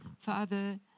father